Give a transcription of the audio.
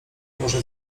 może